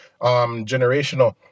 generational